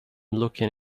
looking